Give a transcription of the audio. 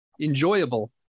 enjoyable